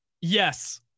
Yes